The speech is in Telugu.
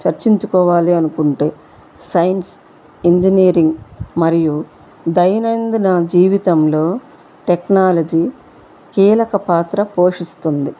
చర్చించుకోవాలి అనుకుంటే సైన్స్ ఇంజనీరింగ్ మరియు దైనందిన జీవితంలో టెక్నాలజీ కీలక పాత్ర పోషిస్తుంది